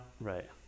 right